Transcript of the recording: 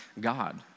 God